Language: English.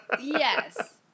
Yes